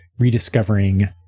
Rediscovering